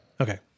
Okay